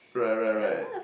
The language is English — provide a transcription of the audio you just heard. right right right